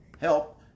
help